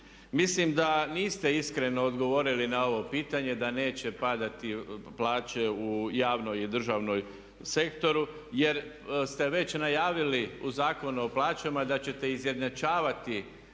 Mislim da niste iskreno odgovorili na ovo pitanje da neće padati plaće u javnom i državnom sektoru jer ste već najavili u Zakonu o plaćama da ćete izjednačavati